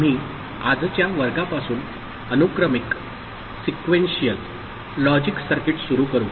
आम्ही आजच्या वर्गापासून अनुक्रमिक लॉजिक सर्किट सुरू करू